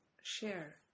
share